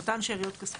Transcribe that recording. אותן שאריות כספית.